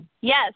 Yes